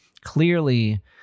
clearly